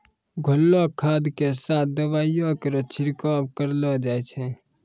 घोललो खाद क साथें दवाइयो केरो छिड़काव करलो जाय छै?